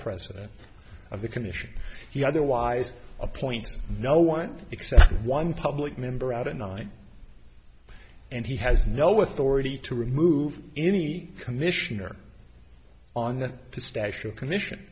president of the commission he otherwise appoints no one except one public member out at night and he has no authority to remove any commissioner on the pistachio commission